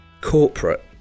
corporate